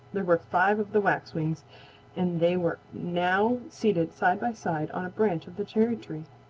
there were five of the waxwings and they were now seated side by side on a branch of the cherry tree.